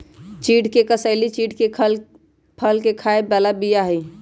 चिढ़ के कसेली चिढ़के फल के खाय बला बीया हई